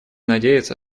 надеется